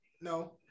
no